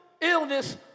illness